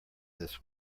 this